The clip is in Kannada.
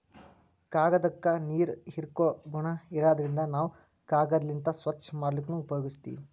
ಕಾಗ್ದಾಕ್ಕ ನೀರ್ ಹೀರ್ಕೋ ಗುಣಾ ಇರಾದ್ರಿನ್ದ ನಾವ್ ಕಾಗದ್ಲಿಂತ್ ಸ್ವಚ್ಚ್ ಮಾಡ್ಲಕ್ನು ಉಪಯೋಗಸ್ತೀವ್